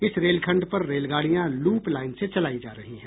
इस रेलखंड पर रेलगाड़ियां लूप लाईन से चलायी जा रही है